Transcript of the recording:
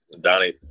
Donnie